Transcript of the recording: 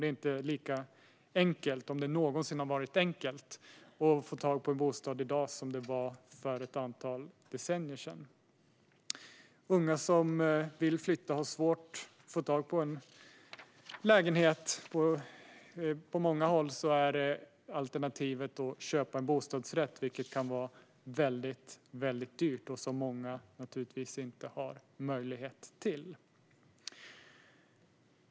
Det är inte lika enkelt - om det någonsin har varit enkelt - att få tag på en bostad i dag som det var för ett antal decennier sedan. Unga som vill flytta har svårt att få tag på en lägenhet, och på många håll är alternativet att köpa en bostadsrätt. Det kan vara väldigt dyrt, och många har naturligtvis inte möjlighet till det.